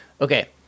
Okay